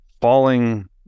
falling